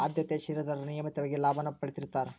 ಆದ್ಯತೆಯ ಷೇರದಾರರು ನಿಯಮಿತವಾಗಿ ಲಾಭಾನ ಪಡೇತಿರ್ತ್ತಾರಾ